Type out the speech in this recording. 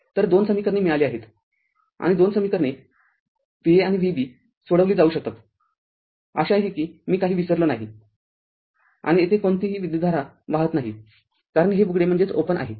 तर २ समीकरणे मिळाली आहेत आणि दोन समीकरणे Va आणि Vb सोडविली जाऊ शकतातआशा आहे की मी काही विसरले नाही आणि येथे कोणतीही विद्युतधारा वाहात नाही कारण हे उघडे आहे